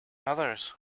others